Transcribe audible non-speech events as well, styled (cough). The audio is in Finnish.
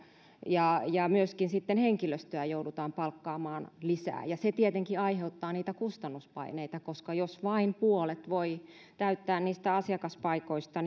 ja ja myöskin joudutaan palkkaamaan lisää henkilöstöä ja se tietenkin aiheuttaa niitä kustannuspaineita koska jos voi täyttää vain puolet niistä asiakaspaikoista (unintelligible)